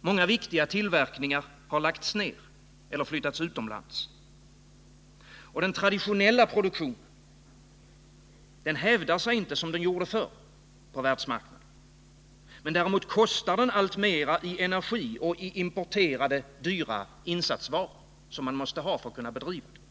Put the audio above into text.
Många viktiga tillverkningar har lagts ner eller flyttats utomlands. Den traditionella produktionen hävdar sig inte som förr på världsmarknaden. Men däremot kostar den alltmera i energi och i importerade, dyra insatsvaror som man måste ha för att kunna bedriva den.